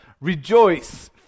Rejoice